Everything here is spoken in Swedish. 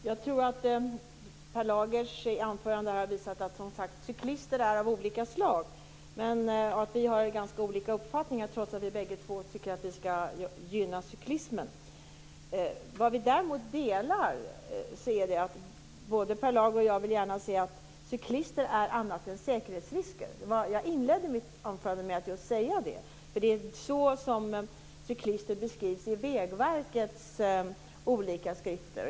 Fru talman! Per Lagers anförande visar att cyklister är av olika slag. Vi har olika uppfattningar trots att vi bägge tycker att man skall gynna cyklismen. Vad vi däremot delar synen på är att både Per Lager och jag gärna vill se att cyklister är annat än säkerhetsrisker. Jag inledde mitt anförande med att säga det. Det är så som cyklister beskrivs i Vägverkets olika skrifter.